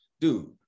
dude